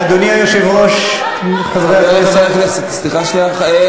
אדוני היושב-ראש, חברי הכנסת, סליחה שנייה.